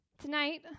Tonight